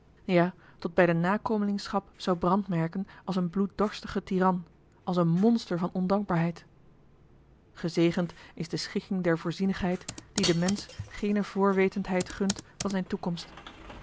ja tot bij de nakomelingschap zou brandmerken als een bloeddorstigen tiran als een monster van ondankbaarheid gezegend is de schikking der voorzienigheid die den mensch geene voorwetendheid gunt van zijne toekomst